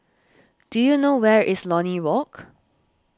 do you know where is Lornie Walk